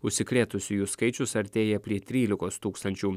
užsikrėtusiųjų skaičius artėja prie trylikos tūkstančių